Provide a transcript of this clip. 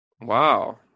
Wow